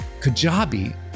Kajabi